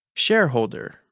Shareholder